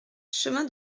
chemin